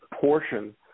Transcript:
portion